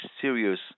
serious